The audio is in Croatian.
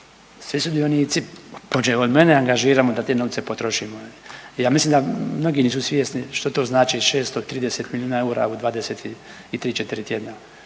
svi sudionici počev od mene angažiramo da te novce potrošimo. I ja mislim da mnogi nisu svjesni što to znači 630 milijuna eura u 23-'4 tjedna